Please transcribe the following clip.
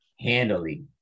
handily